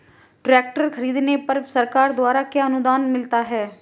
Tractor खरीदने पर सरकार द्वारा क्या अनुदान मिलता है?